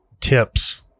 tips